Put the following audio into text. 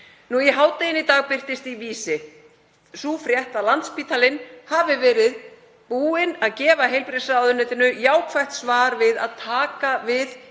Í hádeginu í dag birtist í Vísi sú frétt að Landspítalinn hafi verið búinn að gefa heilbrigðisráðuneytinu jákvætt svar við því að taka við